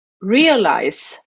realize